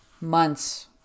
months